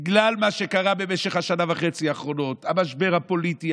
בגלל מה שקרה במשך השנה וחצי האחרונות והמשבר הפוליטי,